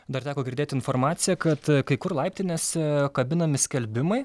dar teko girdėt informaciją kad kai kur laiptinėse kabinami skelbimai